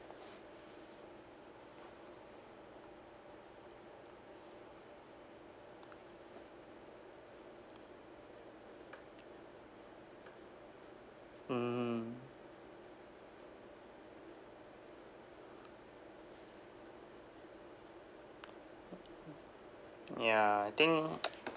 mm ya I think